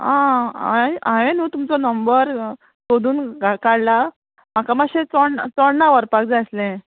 आं हांवें हांवें न्हू तुमचो नंबर सोदून काडला म्हाका मातशें चोड चोडणां व्हरपाक जाय आसलें